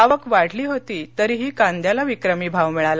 आवक वाढली होती तरीही कांद्याला विक्रमी भाव मिळाला